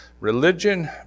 Religion